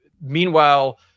meanwhile